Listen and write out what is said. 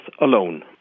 alone